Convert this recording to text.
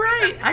Right